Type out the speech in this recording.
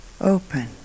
open